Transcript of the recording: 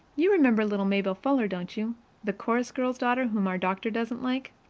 you remember little maybelle fuller, don't you the chorus girl's daughter whom our doctor doesn't like?